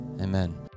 Amen